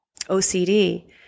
OCD